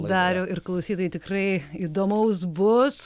dariau ir klausytojai tikrai įdomaus bus